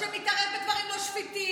בגלל בג"ץ שמתערב בדברים לא שפיטים,